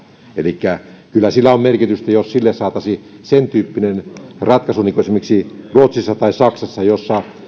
elikkä kyllä sillä on merkitystä jos saataisiin sentyyppinen ratkaisu niin kuin esimerkiksi ruotsissa tai saksassa että